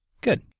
Good